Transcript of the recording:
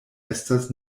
estas